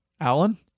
Alan